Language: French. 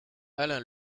alain